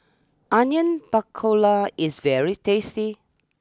Onion Pakora is very tasty